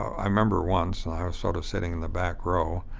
i remember. once, i was sort of sitting in the back row.